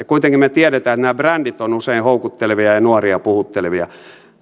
kuitenkin me tiedämme että nämä brändit ovat usein houkuttelevia ja ja nuoria puhuttelevia